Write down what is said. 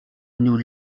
nous